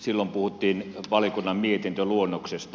silloin puhuttiin valiokunnan mietintöluonnoksesta